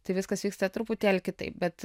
tai viskas vyksta truputėlį kitaip bet